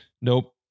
Nope